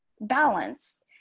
balanced